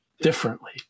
differently